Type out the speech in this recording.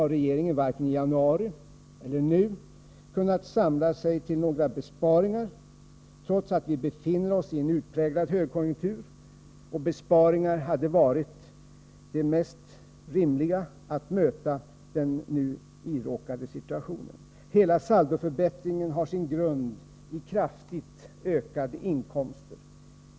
Regeringen har varken i januari eller nu kunnat samla sig till några besparingar, trots att vi befinner oss i en utpräglad högkonjunktur — och besparingar hade varit det mest rimliga för att möta den nu iråkade situationen. Hela saldoförbättringen har sin grund i kraftigt ökade inkomster.